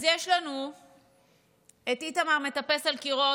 אז יש לנו את איתמר מטפס על הקירות,